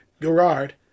Gerard